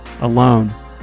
alone